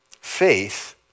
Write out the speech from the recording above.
faith